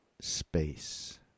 space